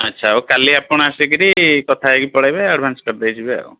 ଆଚ୍ଛା ହଉ କାଲି ଆପଣ ଆସିକିରି କଥା ହୋଇକି ପଳାଇବେ ଆଡ଼ଭାନ୍ସ କରିଦେଇ ଯିବେ ଆଉ